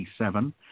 1987